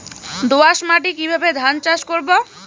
দোয়াস মাটি কিভাবে ধান চাষ করব?